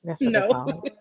no